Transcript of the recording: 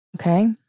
Okay